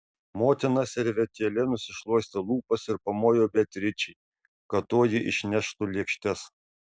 motina servetėle nusišluostė lūpas ir pamojo beatričei kad toji išneštų lėkštes